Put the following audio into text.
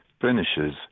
finishes